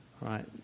right